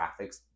graphics